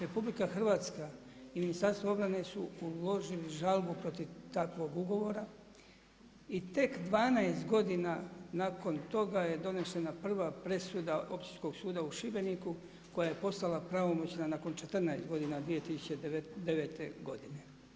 RH i Ministarstvo obrane su uložili žalbu protiv takvo ugovora i tek 12 godina nakon toga je donešena prva presuda Općinskog suda u Šibeniku koja je postala pravomoćna nakon 14 godina 2009. godine.